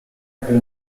per